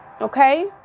Okay